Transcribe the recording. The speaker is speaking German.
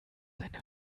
eine